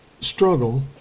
struggle